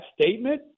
statement –